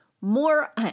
more